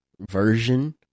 version